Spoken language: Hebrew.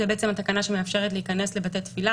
זו התקנה שמאפשרת להיכנס לבתי תפילה,